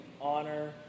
honor